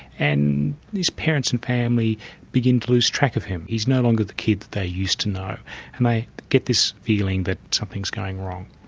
and his parents and family begin to lose track of him, he's no longer the kid that they used to know and they get this feeling that something's going wrong.